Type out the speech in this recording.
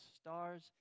stars